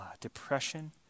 depression